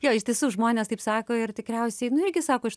jo iš tiesų žmonės taip sako ir tikriausiai nu irgi sako iš